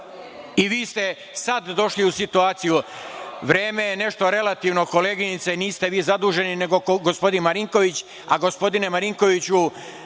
i vi ste sada došli u situaciju. Vreme je nešto relativno koleginice, niste vi zaduženi, nego gospodin Marinković, a gospodine Marinkoviću,